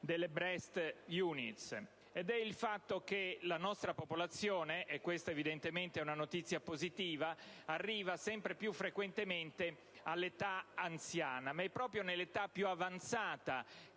delle *Breast Units*: è il fatto che la nostra popolazione - questa evidentemente è una notizia positiva - arriva sempre più frequentemente all'età anziana. Ma è proprio nell'età più avanzata